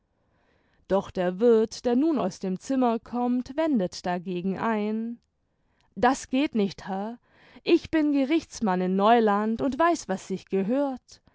doch der wirth der nun aus dem zimmer kommt wendet dagegen ein das geht nicht herr ich bin gerichtsmann in neuland und weiß was sich gehört